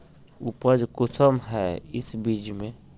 उपज कुंसम है इस बीज में?